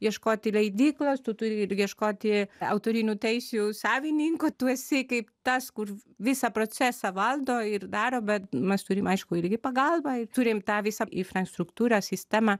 ieškoti leidyklos tu turi ir ieškoti autorinių teisių savininko tu esi kaip tas kur visą procesą valdo ir daro bet mes turime aišku irgi pagalbą turim tą visą infrastruktūrą sistemą